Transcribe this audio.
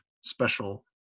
special